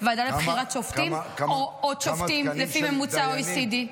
ועדה לבחירת שופטים או עוד שופטים לפי ממוצע ה-OECD?